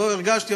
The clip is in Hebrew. לא הרגשתי,